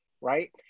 right